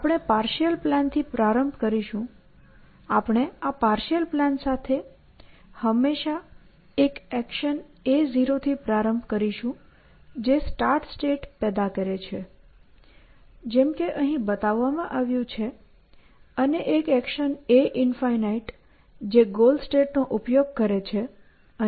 આપણે પાર્શિઅલ પ્લાનથી પ્રારંભ કરીશું આપણે આ પાર્શિઅલ પ્લાન સાથે હંમેશાં એક એક્શન a0 થી પ્રારંભ કરીશું જે સ્ટાર્ટ સ્ટેટ પેદા કરે છે જેમ કે અહીં બતાવવામાં આવ્યું છે અને એક એક્શન a∞ જે ગોલ સ્ટેટનો ઉપયોગ કરે છે